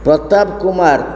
Pratapkumar